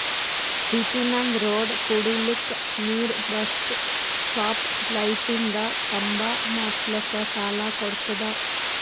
ಸಿಟಿನಾಗ್ ರೋಡ್ ಕುಡಿಲಕ್ ನೀರ್ ಬಸ್ ಸ್ಟಾಪ್ ಲೈಟಿಂದ ಖಂಬಾ ಮಾಡುಸ್ಲಕ್ ಸಾಲ ಕೊಡ್ತುದ